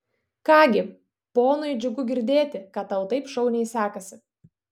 ką gi ponui džiugu girdėti kad tau taip šauniai sekasi